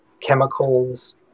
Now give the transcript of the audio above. chemicals